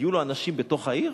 היו לו אנשים בתוך העיר?